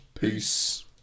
Peace